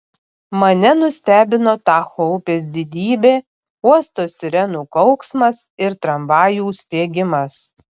mane nustebino tacho upės didybė uosto sirenų kauksmas ir tramvajų spiegimas